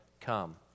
come